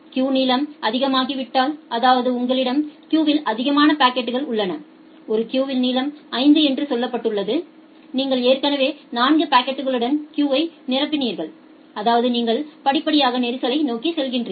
Q நீளம் அதிகமாகிவிட்டால் அதாவது உங்களிடம் கியூவில் அதிகமான பாக்கெட்கள் உள்ளன ஒரு கியூவின் நீளம் 5 என்று சொல்லப்பட்டுள்ளது நீங்கள் ஏற்கனவே 4 பாக்கெட்களுடன் கியூயை நிரப்பினீர்கள் அதாவது நீங்கள் படிப்படியாக நெரிசலை நோக்கி செல்கிறீர்கள்